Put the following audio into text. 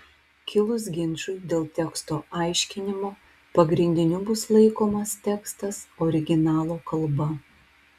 kilus ginčui dėl teksto aiškinimo pagrindiniu bus laikomas tekstas originalo kalba